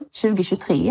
2023